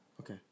Okay